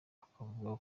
bakavuga